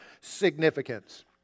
significance